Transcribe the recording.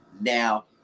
Now